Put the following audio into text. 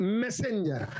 messenger